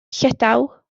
llydaw